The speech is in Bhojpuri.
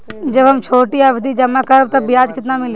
जब हम छोटी अवधि जमा करम त ब्याज केतना मिली?